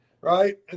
right